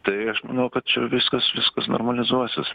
tai aš manau kad čia viskas viskas normalizuosis